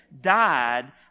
died